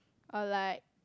or like